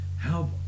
help